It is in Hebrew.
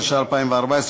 התשע"ה 2014,